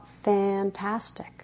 fantastic